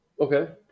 Okay